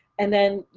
and then, you